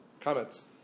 Comments